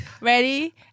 Ready